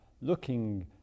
looking